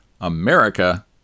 America